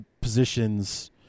positions